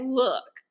look